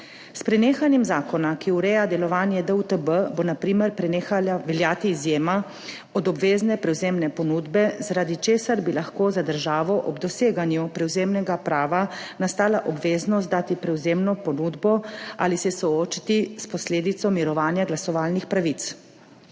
S prenehanjem zakona, ki ureja delovanje DUTB, bo na primer prenehala veljati izjema od obvezne prevzemne ponudbe, zaradi česar bi lahko za državo ob doseganju prevzemnega prava nastala obveznost dati prevzemno ponudbo ali se soočiti s posledico mirovanja glasovalnih pravic.